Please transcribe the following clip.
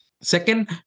Second